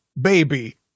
baby